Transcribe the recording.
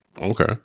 Okay